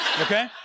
Okay